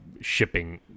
shipping